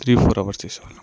three four hours చేసేవాళ్ళం